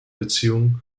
beziehung